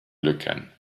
lücken